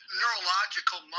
neurological